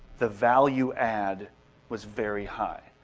the value add was very high.